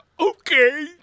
Okay